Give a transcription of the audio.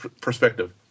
perspective